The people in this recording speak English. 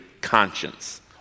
conscience